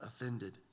offended